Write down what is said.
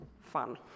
Fun